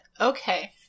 Okay